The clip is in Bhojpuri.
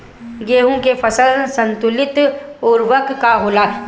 गेहूं के फसल संतुलित उर्वरक का होला?